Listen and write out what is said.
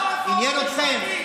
לא לרפורמה משפטית.